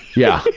yeah, like